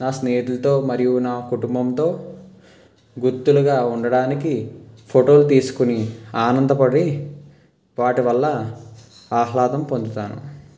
నా స్నేహితులతో మరియు నా కుటుంబంతో గుర్తుగా ఉండటానికి ఫోటోలు తీసుకుని ఆనందపడి వాటివల్ల ఆహ్లాదం పొందుతాను